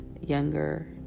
younger